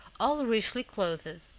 all richly clothed.